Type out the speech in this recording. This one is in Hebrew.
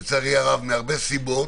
מהרבה סיבות